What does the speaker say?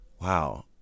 Wow